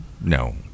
No